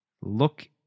look